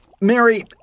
Mary